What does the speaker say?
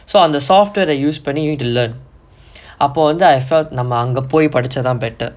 so அந்த:antha software they use பண்ணி:panni you need to learn அப்ப வந்து:appa vanthu I felt நம்ம அங்க போயி படிச்சாதான்:namma anga poyi padichaathaan better